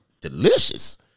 delicious